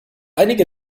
einige